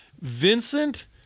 Vincent